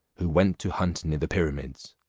who went to hunt near the pyramids.